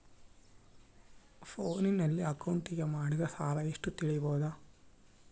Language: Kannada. ಫೋನಿನಲ್ಲಿ ಅಕೌಂಟಿಗೆ ಮಾಡಿದ ಸಾಲ ಎಷ್ಟು ತಿಳೇಬೋದ?